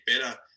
better